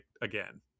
again